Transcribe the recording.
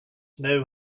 know